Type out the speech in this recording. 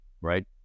right